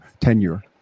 tenure